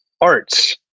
arts